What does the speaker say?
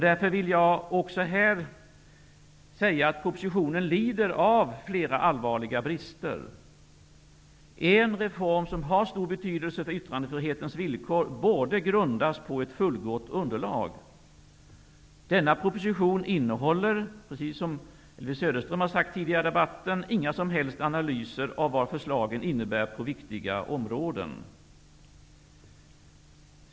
Därför vill jag också i detta sammanhang säga att propositionen lider av flera allvarliga brister. En reform som har stor betydelse för yttrandefrihetens villkor borde grundas på ett fullgott underlag. Denna proposition innehåller, precis som Elvy Söderström tidigare i debatten har sagt, inga som helst analyser av vad förslagen innebär på viktiga områden.